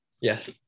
Yes